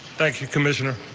thank you, commissioner.